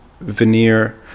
veneer